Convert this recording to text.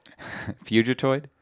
Fugitoid